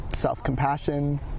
self-compassion